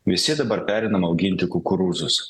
visi dabar pereinam auginti kukurūzus